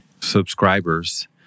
subscribers